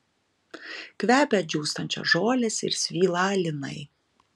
kvepia džiūstančios žolės ir svylą linai